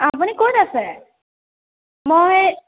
আপুনি ক'ত আছে মই